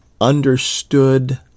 understood